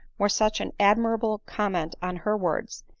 were such an admirable comment on her words,